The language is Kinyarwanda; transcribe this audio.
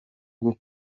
bwo